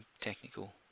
technical